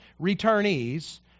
returnees